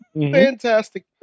Fantastic